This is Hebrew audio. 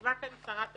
ישבה כאן שרת המשפטים,